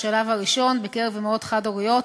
בשלב ראשון בקרב אימהות חד-הוריות,